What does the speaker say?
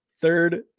third